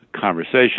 conversation